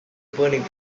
burning